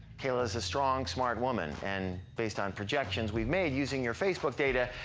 kayla's a strong, smart woman. and based on projections we've made using your facebook data,